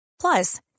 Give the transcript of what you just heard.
plus